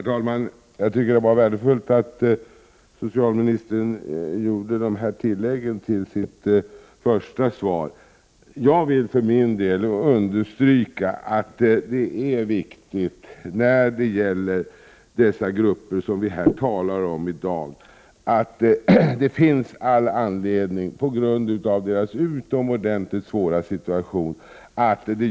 Herr talman! Jag tycker att det var värdefullt att socialministern gjorde dessa tillägg till sitt interpellationssvar. Jag vill för min del understryka att det finns all anledning att göra en viss särbehandling av dessa grupper som vi i dag talar om på grund av deras utomordentligt svåra situation.